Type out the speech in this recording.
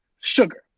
Sugar